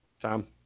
Tom